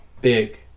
Big